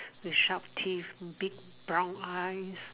the sharp teeth big brown eyes